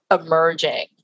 emerging